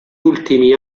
ultimi